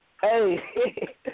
Hey